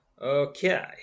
Okay